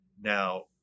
Now